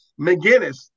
McGinnis